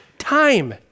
Time